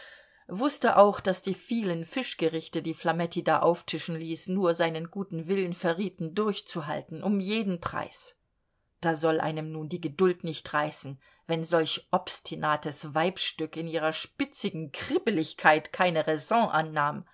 wußte auch daß die vielen fischgerichte die flametti da auftischen ließ nur seinen guten willen verrieten durchzuhalten um jeden preis da soll einem nun die geduld nicht reißen wenn solch obstinates weibsstück in ihrer spitzigen kribbeligkeit keine raison annahm